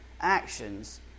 actions